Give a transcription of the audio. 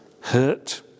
hurt